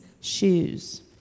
shoes